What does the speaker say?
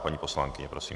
Paní poslankyně, prosím.